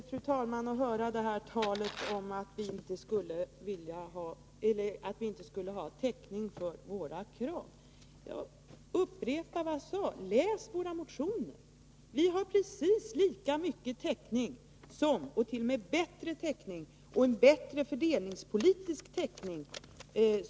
Fru talman! Det är litet tröttsamt att höra talet om att vi inte skulle ha täckning för våra krav. Jag upprepar vad jag tidigare sade: Läs våra motioner! Vi har precis lika god täckning som centerpartiet och de övriga Nr 43 täckning. Det gäller även fördelningspolitiskt.